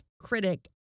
critic